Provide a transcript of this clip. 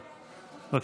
חוק ומשפט להכנתה.